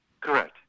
correct